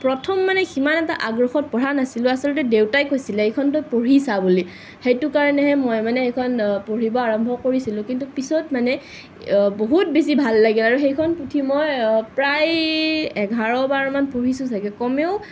প্ৰথম মানে সিমান এটা আগ্ৰহত পঢ়া নাছিলোঁ আছলতে দেউতাই কৈছিলে এইখন তই পঢ়ি চা বুলি সেইটো কাৰণেহে এইখন মই পঢ়িব আৰম্ভ কৰিছিলোঁ কিন্তু পিছত মানে বহুত বেছি ভাল লাগে আৰু এইখন পুথি মই প্ৰায় এঘাৰবাৰমান পঢ়িছোঁ ছাগে কমেও